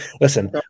listen